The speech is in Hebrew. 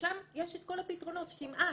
ושם יש את כל הפתרונות כמעט.